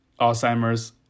Alzheimer's